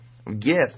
Gift